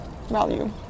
value